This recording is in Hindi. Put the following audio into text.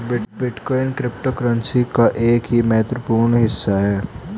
बिटकॉइन क्रिप्टोकरेंसी का ही एक महत्वपूर्ण हिस्सा है